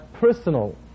personal